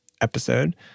episode